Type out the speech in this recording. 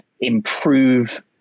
improve